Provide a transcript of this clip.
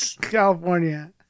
California